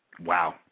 wow